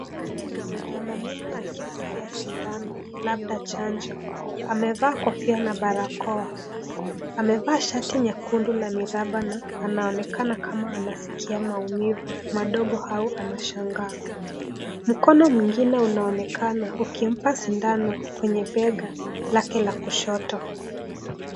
Mwanaume akipokea sindano labda chanjo. Amevaa kofia na barakoa. Amevaa shati nyekundu la miraba na anaonekana kama anasikia maumivu madogo au anashangaa. Mkono mwingine unaonekana, ukimpa sindano kwenye bega lake la kushoto.